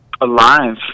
alive